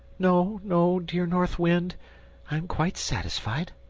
no, no, dear north wind i am quite satisfied.